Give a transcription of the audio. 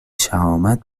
شهامت